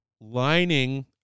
lining